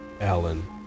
Alan